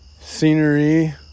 scenery